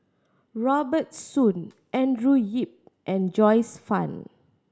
Robert Soon Andrew Yip and Joyce Fan